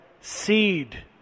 seed